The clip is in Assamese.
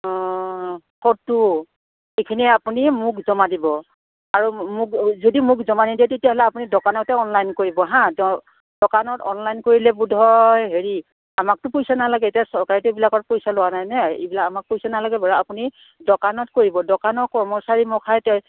অঁ ফটো এইখিনিয়ে আপুনি মোক জমা দিব আৰু মোক যদি মোক জমা নিদিয়ে তেতিয়াহ'লে আপুনি দোকানতে অনলাইন কৰিব হাঁ দোকানত অনলাইন কৰিলে বোধহয় হেৰি আমাকতো পইচা নালাগে এতিয়া চৰকাৰে এইবিলাকত পইচা লোৱা নাই নে এইবিলাক আমাক পইচা নালাগে বাৰু আপুনি দোকানত কৰিব দোকানৰ কৰ্মচাৰীমখাই তেওঁ